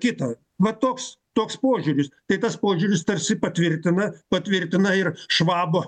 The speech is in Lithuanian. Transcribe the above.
kitą va toks toks požiūris tai tas požiūris tarsi patvirtina patvirtina ir švabo